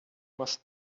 must